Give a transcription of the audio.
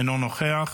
אינו נוכח.